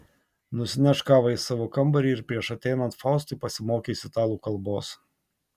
nusineš kavą į savo kambarį ir prieš ateinant faustui pasimokys italų kalbos